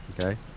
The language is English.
Okay